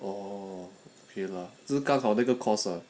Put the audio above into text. oh 就刚好那个 course